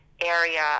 area